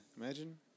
Imagine